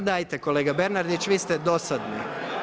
Ma dajte kolega Bernardić, vi ste dosadni.